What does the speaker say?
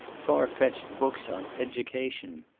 far-fetched books on education.